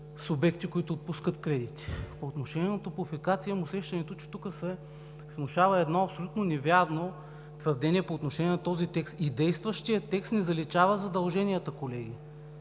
субекти, които отпускат кредити. По отношение на „Топлофикация“ имам усещането, че тук се внушава едно абсолютно невярно твърдение по този текст. Действащият текст не заличава задълженията, колеги.